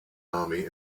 army